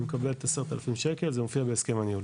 היא מקבלת 10 אלף שקל, זה מופיע בהסכם הניהול.